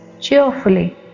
cheerfully